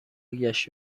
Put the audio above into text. گشت